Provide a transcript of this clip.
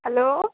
hello